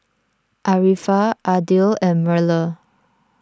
Arifa Aidil and Melur